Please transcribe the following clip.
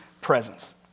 presence